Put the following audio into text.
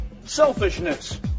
Selfishness